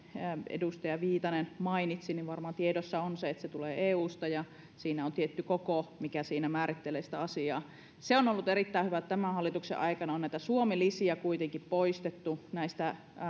edustaja viitanen mainitsi varmaan tiedossa on se että se tulee eusta ja siinä on tietty koko mikä määrittelee sitä asiaa ja se on on ollut erittäin hyvä että tämän hallituksen aikana on näitä suomi lisiä kuitenkin poistettu näistä